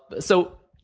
so,